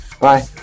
Bye